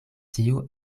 tiu